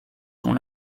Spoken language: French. sont